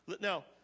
Now